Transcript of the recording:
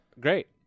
great